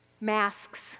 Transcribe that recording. Masks